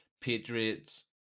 Patriots –